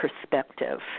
perspective